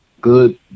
good